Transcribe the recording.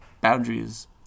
boundaries